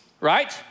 Right